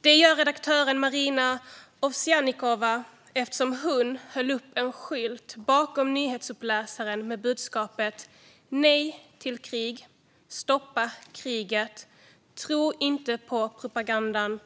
Det gör redaktören Marina Ovsiannikova, eftersom hon höll upp en skylt bakom nyhetsuppläsaren med budskapet "Nej till krig. Tro inte på propagandan.